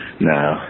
No